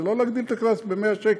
זה לא להגדיל את הקנס ב-100 שקל.